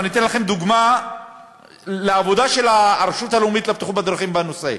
ואני אתן לכם דוגמה לעבודה של הרשות הלאומית לבטיחות בדרכים בנושא,